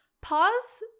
Pause